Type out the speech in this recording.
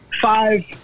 five